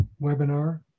webinar